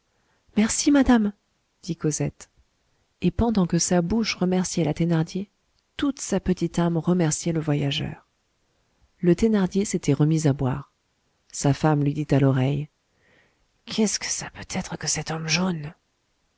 merci madame dit cosette et pendant que sa bouche remerciait la thénardier toute sa petite âme remerciait le voyageur le thénardier s'était remis à boire sa femme lui dit à l'oreille qu'est-ce que ça peut être que cet homme jaune